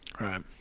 Right